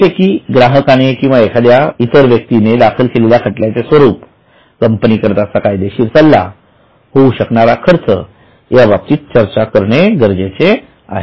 जसे की ग्राहकाने किंवा इतर व्यक्तीने दाखल केलेल्या खटल्याचे स्वरूप कंपनीकरीतचा कायदेशीर सल्ला होऊ शकणारा खर्च इत्यादी बाबींची चर्चा गरजेची आहे